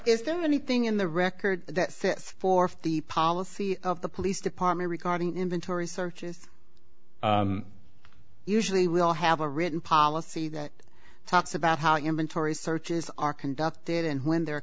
is there anything in the record that fits for the policy of the police department regarding inventory searches usually we all have a written policy that talks about how human tori's searches are conducted and when their